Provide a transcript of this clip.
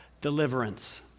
deliverance